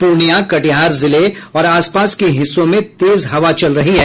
पूर्णिया कटिहार जिले और आसपास के हिस्सों में तेज हवा चल रही है